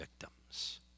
victims